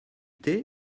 thé